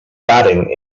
batting